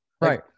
Right